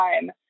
time